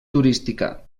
turística